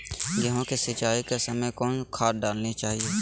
गेंहू के सिंचाई के समय कौन खाद डालनी चाइये?